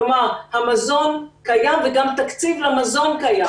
כלומר המזון קיים וגם תקציב למזון קיים.